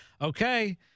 Okay